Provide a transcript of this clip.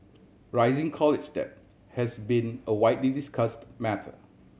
rising college debt has been a widely discussed matter